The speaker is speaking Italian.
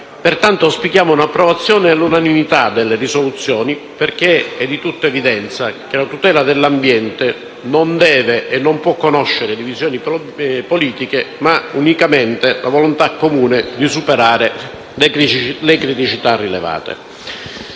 Pertanto, auspichiamo un'approvazione all'unanimità delle proposte di risoluzione, perché è di tutta evidenza che la tutela dell'ambiente non deve e non può conoscere divisioni politiche, ma unicamente la volontà comune di superare le criticità rilevate.